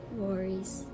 worries